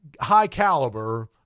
high-caliber